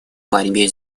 борьбе